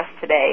today